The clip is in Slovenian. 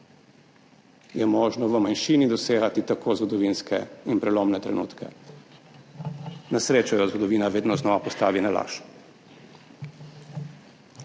je možno v manjšini dosegati tako zgodovinske in prelomne trenutke. Na srečo jo zgodovina vedno znova postavi na laž.